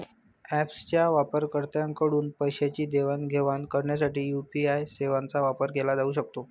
ऍपच्या वापरकर्त्यांकडून पैशांची देवाणघेवाण करण्यासाठी यू.पी.आय सेवांचा वापर केला जाऊ शकतो